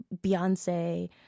Beyonce